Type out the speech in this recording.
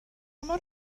mor